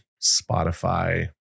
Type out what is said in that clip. spotify